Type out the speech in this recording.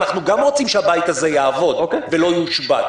ואנחנו גם רוצים שהבית הזה יעבוד ולא יושבת.